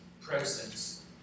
presence